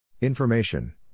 Information